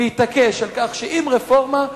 להתעקש על כך שאם רפורמה,